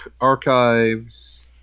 Archives